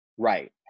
Right